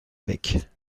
évêques